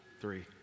Three